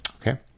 Okay